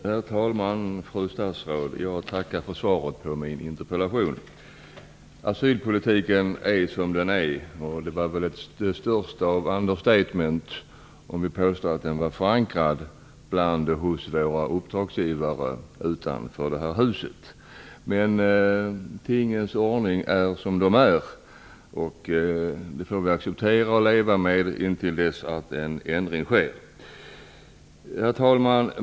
Herr talman! Fru statsråd! Jag tackar för svaret på min interpellation. Asylpolitiken är som den är. Det vore ett mycket stort understatement att påstå att den är förankrad hos våra uppdragsgivare utanför det här huset. Tingens ordning är som den är. Det får vi acceptera och leva med tills en ändring sker. Herr talman!